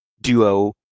duo